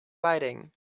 riding